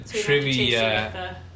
trivia